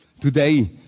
Today